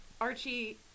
archie